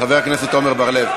חבר הכנסת עמר בר-לב.